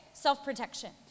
Self-protection